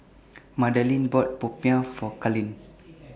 Madalynn bought Popiah For Carlyn